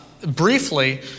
briefly